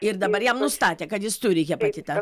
ir dabar jam nustatė kad jis turi hepatitą